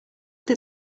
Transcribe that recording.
that